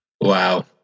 Wow